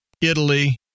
Italy